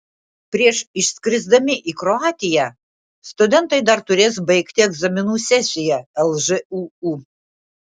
prieš išskrisdami į kroatiją studentai dar turės baigti egzaminų sesiją lžūu